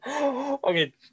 Okay